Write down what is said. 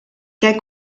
què